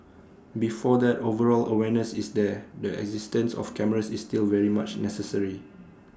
before that overall awareness is there the existence of cameras is still very much necessary